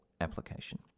application